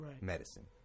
medicine